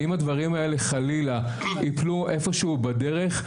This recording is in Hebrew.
אם הדברים האלה חלילה יפלו איפשהו בדרך,